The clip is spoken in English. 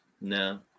No